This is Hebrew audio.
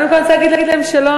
קודם כול אני רוצה להגיד להם שלום,